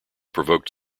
provoked